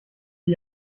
die